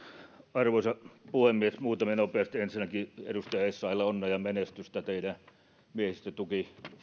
arvoisa puhemies muutamia nopeasti ensinnäkin edustaja essayahille onnea ja menestystä miehistötuen